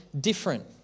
different